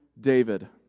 David